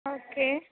ओ के